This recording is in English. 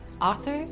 author